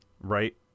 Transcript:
right